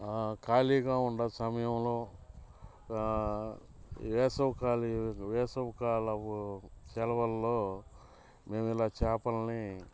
ఖాళీగా ఉన్న సమయంలో వేసవికాలం వేసవి కాలము సెలవల్లో మేము ఇలా చేపల్ని